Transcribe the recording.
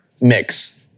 mix